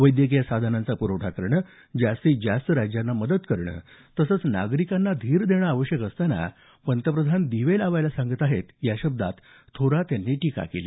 वैद्यकीय साधनांचा प्रवठा करणं जास्तीत जास्त राज्यांना मदत करणं तसंच नागरिकांना धीर देणं आवश्यक असताना पंतप्रधान दिवे लावायला सांगत आहेत या शब्दात थोरात यांनी टीका केली